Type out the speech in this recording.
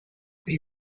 they